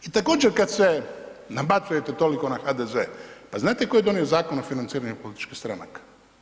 I također kad se nabacujete toliko na HDZ, pa znate tko je donio Zakon o financiranju političkih stranaka?